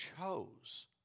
chose